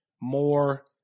more